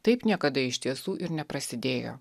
taip niekada iš tiesų ir neprasidėjo